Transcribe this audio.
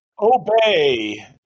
obey